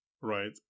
right